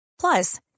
Plus